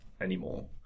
anymore